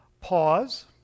pause